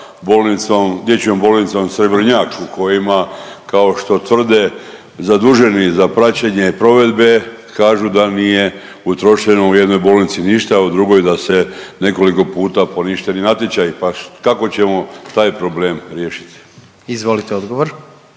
dječjom bolnicom Srebrnjak u kojima kao što tvrde zaduženi za praćenje provedbe kažu da nije utrošeno u jednoj bolnici ništa, a u drugoj da se nekoliko puta poništeni natječaji. Pa kako ćemo taj problem riješiti? **Jandroković,